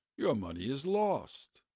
your money is lost.